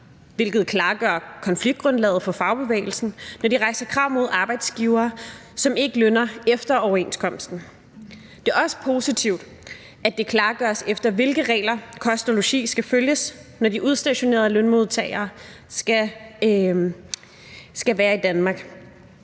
hvilket klargør konfliktgrundlaget for fagbevægelsen, men det rejser krav mod arbejdsgivere, som ikke lønner efter overenskomsten. Det er også positivt, at det klargøres, efter hvilke regler kost og logi skal følges, når de udstationerede lønmodtagere skal være i Danmark.